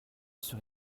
sur